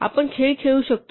आपण खेळ खेळू शकतो